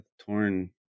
Torn